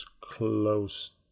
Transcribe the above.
close